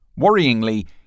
Worryingly